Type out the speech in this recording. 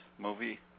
Movie